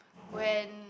when